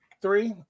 Three